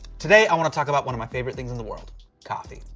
today, i want to talk about one of my favorite things in the world coffee.